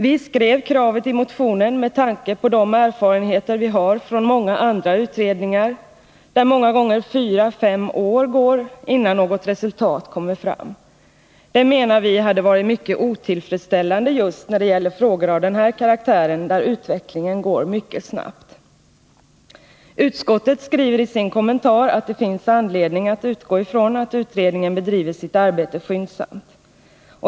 Vi utformade kravet i motionen med tanke på de erfarenheter vi har från många andra utredningar, där ofta fyra fem år förflyter innan något resultat kommit fram. Det menar vi hade varit mycket otillfredsställande just när det gäller frågor av den här karaktären, där utvecklingen går mycket snabbt. Utskottet skriver i sin kommentar att det ”finns anledning utgå från att utredningen bedriver sitt arbete skyndsamt”.